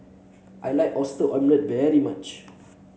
I like Oyster Omelette very much